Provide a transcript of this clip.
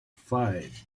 five